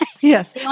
Yes